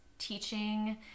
teaching